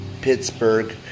Pittsburgh